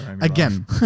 Again